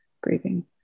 grieving